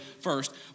first